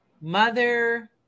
mother